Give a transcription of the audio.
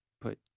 put